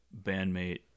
bandmate